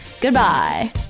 Goodbye